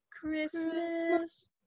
Christmas